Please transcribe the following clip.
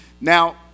Now